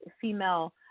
female